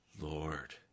Lord